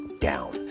down